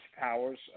powers